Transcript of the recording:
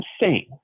insane